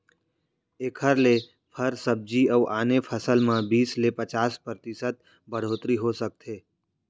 एखर ले फर, सब्जी अउ आने फसल म बीस ले पचास परतिसत बड़होत्तरी हो सकथे